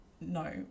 no